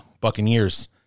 Buccaneers